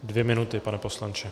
Dvě minuty, pane poslanče.